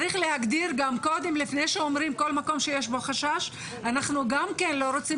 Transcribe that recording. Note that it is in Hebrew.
לפני שאומרים כל מקום שיש בו חשש אנחנו גם כן לא רוצים